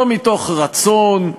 לא מתוך רצון,